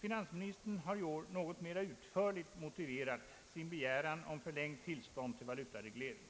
Finansministern har i år något mera utförligt än tidigare motiverat sin begäran om förlängt tillstånd till valutareglering.